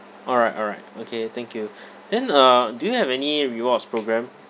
all right all right okay thank you then uh do you have any rewards programme